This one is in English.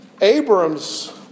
Abram's